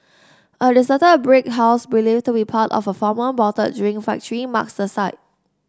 a deserted brick house believed to be part of a former bottled drink factory marks the site